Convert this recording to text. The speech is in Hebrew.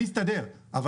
אני יכול להסתדר בלי זה,